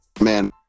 Man